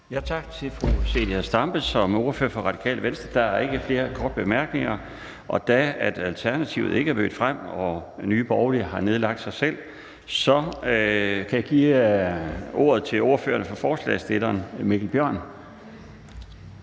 Tak til fru Zenia Stampe som ordfører for Radikale Venstre. Der er ikke flere korte bemærkninger. Da Alternativet ikke er mødt frem og Nye Borgerlige har nedlagt sig selv, kan jeg give ordet til ordføreren for forslagsstillerne, Mikkel Bjørn